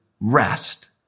Rest